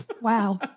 Wow